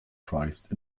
christ